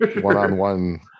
one-on-one